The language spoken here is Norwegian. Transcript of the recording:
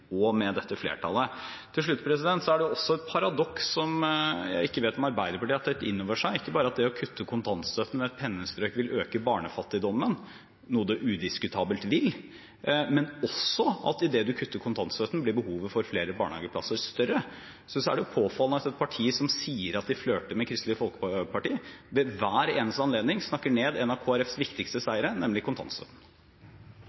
plasser med denne regjeringen og med dette flertallet. Til slutt er det et paradoks som jeg ikke vet om Arbeiderpartiet har tatt inn over seg. Det er ikke bare at det å kutte kontantstøtten med et pennestrøk vil øke barnefattigdommen, noe det udiskutabelt vil, men også at idet man kutter kontantstøtten, blir behovet for flere barnehageplasser større. Det er påfallende at et parti som sier at de flørter med Kristelig Folkeparti, ved hver eneste anledning snakker ned en av Kristelig Folkepartis viktigste